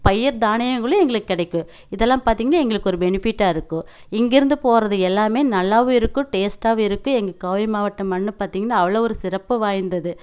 பயிர் தானியங்களும் எங்களுக்கு கிடைக்கும் இதெல்லாம் பார்த்தீங்கன்னா எங்களுக்கு ஒரு பெனிஃபிட்டாக இருக்கும் இங்கிருந்து போகறது எல்லாமே நல்லாவும் இருக்கும் டேஸ்ட்டாகவும் இருக்கு எங்கள் கோவை மாவட்டம் மண்ணு பார்த்தீங்கன்னா அவ்வளோ ஒரு சிறப்பு வாய்ந்தது